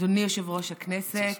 אדוני יושב-ראש הישיבה,